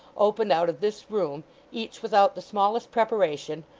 opened out of this room each without the smallest preparation,